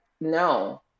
no